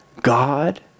God